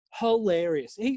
hilarious